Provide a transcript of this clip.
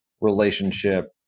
relationship